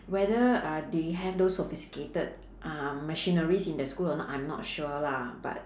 whether uh they have those sophisticated uh machineries in the school or not I'm not sure lah but